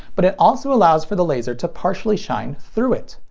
but it also allows for the laser to partially shine through it.